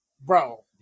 bro